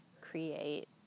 create